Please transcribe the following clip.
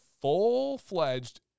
Full-fledged